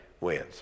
wins